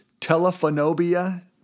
telephonobia